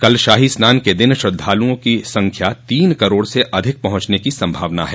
कल शाही स्नान के दिन श्रद्वालु की संख्या तीन करोड़ से अधिक पहुचने की संभावना है